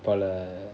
தல:thala